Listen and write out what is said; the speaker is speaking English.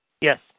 Yes